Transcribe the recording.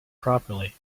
properly